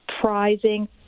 prizing